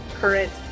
current